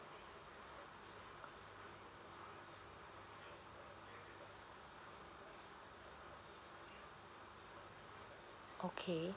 okay